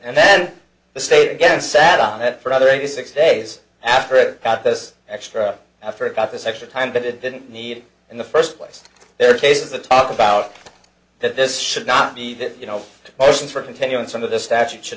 and then the state again sat on it for other eighty six days after it got this extra effort got this extra time but it didn't need in the first place there are cases that talk about that this should not be that you know motions for a continuance of this statute should